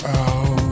out